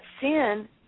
sin